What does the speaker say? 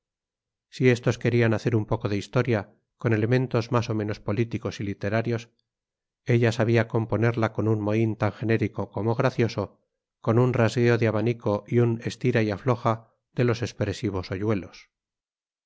si estos querían hacer un poco de historia con elementos más o menos políticos y literarios ella sabía componerla con un mohín tan enérgico como gracioso con un rasgueo de abanico y un estira y afloja de los expresivos hoyuelos